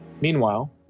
Meanwhile